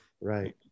right